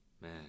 man